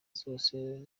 zose